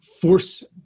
force